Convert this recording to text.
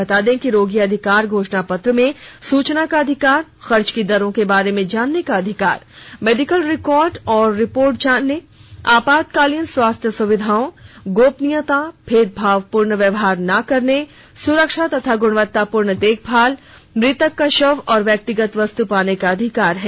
बता दें कि रोगी अधिकार घोषणा पत्र में सूचना का अधिकार खर्च की दरों के बारे जानने का अधिकार मेडिकल रिकॉर्ड और रिपोर्ट जानने आपातकालीन स्वस्थ्य सुविधाओं गोपनीयता भेदभावपूर्ण व्यवहार न करने सुरक्षा और गुणवत्तापूर्ण देखभाल मृतक का शव और व्यक्तिगत वस्तु पाने का अधिकार है